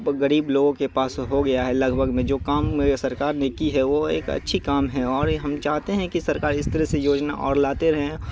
غریب لوگوں کے پاس ہو گیا ہے لگ بھگ میں جو کام سرکار نے کی ہے وہ ایک اچھی کام ہے اور ہم چاہتے ہیں کہ سرکار اس طرح سے یوجنا اور لاتے رہیں